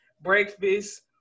Breakfast